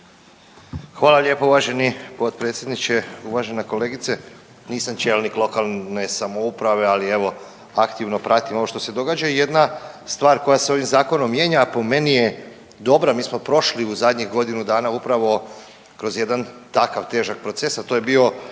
Hvala lijepo uvaženi potpredsjedniče. Uvažena kolegice, nisam čelnik lokalne samouprave, ali evo aktivno pratim ovo što se događa. Jedna stvar koja se ovim zakonom mijenja, a po meni je dobra. Mi smo prošli u zadnjih godinu dana upravo kroz jedan takav težak proces, a to je bio